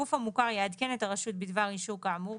הגוף המוכר יעדכן את הרשות בדבר אישור כאמור,